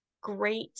great